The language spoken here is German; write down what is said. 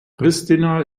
pristina